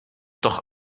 doch